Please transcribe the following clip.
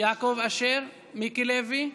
יעקב אשר, מיקי לוי,